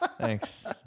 Thanks